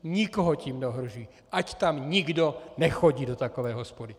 Nikoho tím neohrožují, ať tam nikdo nechodí, do takové hospody.